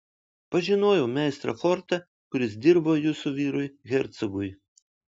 pažinojau meistrą fortą kuris dirbo jūsų vyrui hercogui